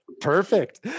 Perfect